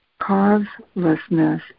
causelessness